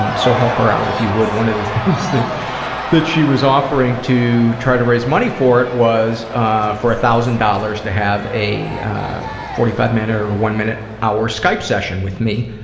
um so help her out if you would. one of the things that that she was offering to try to raise money for it was ah for a thousand dollars to have a forty-five minute or or one hour skype session with me,